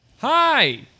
Hi